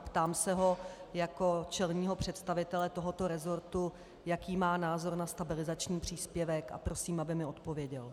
Ptám se ho jako čelného představitele tohoto resortu, jaký má názor na stabilizační příspěvek, a prosím, aby mi odpověděl.